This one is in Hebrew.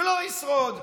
שלא ישרוד.